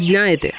ज्ञायते